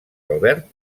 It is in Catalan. albert